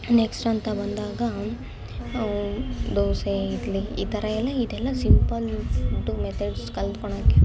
next ಅಂತ ಬಂದಾಗ ದೋಸೆ ಇಡ್ಲಿ ಈ ಥರ ಎಲ್ಲ ಇದೆಲ್ಲ ಸಿಂಪಲ್ ಫುಡ್ ಮೆತಡ್ಸ್ ಕಲ್ತ್ಕೊಳ್ಳೋಕೆ